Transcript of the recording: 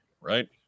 Right